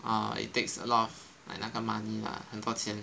oh it takes a lot of the like 那个 money lah 很多钱